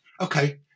okay